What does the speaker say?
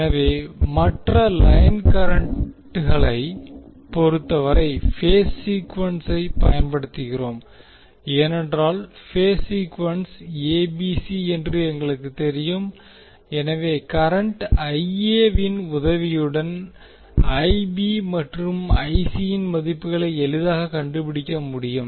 எனவே மற்ற லைன் கரண்ட்களை பெறுவதற்கு பேஸ் சீக்குவென்சய் பயன்படுத்துகிறோம் ஏனென்றால் பேஸ் சீக்குவென்ஸ் ஏபிசி என்று எங்களுக்குத் தெரியும் எனவே கரண்ட் ஐ எ வின் உதவியுடன் ஐபி மற்றும் ஐசி யின் மதிப்புகளை எளிதாகக் கண்டுபிடிக்க முடியும்